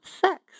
sex